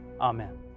Amen